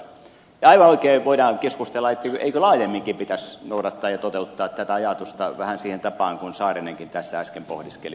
ja aivan oikein voidaan keskustella etteikö laajemminkin pitäisi noudattaa ja toteuttaa tätä ajatusta vähän siihen tapaan kuin saarinenkin tässä äsken pohdiskeli